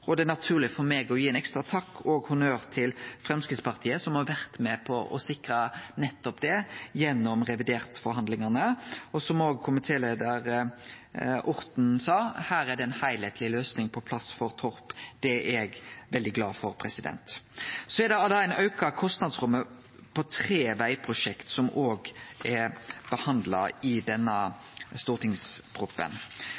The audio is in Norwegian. og det er naturleg for meg å gi ein ekstra takk og honnør til Framstegspartiet, som har vore med på å sikre nettopp det gjennom forhandlingane om revidert. Som komitéleiar Orten sa, her er ei heilskapleg løysing på plass for Torp. Det er eg veldig glad for. Ei auka kostnadsramme på tre vegprosjekt er